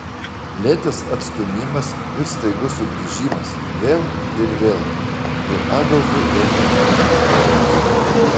lėtas atstūmimas ir staigus sugrįžimas vėl ir vėl ir adolfui ėmė linkti kojos